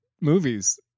movies